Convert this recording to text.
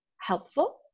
helpful